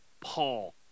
Paul